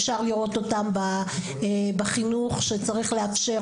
אפשר לראות אותם בחינוך שצריך לאפשר,